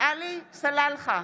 עלי סלאלחה,